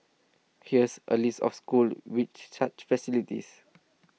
here's a list of schools with such facilities